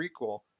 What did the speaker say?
prequel